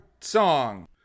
Song